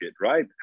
right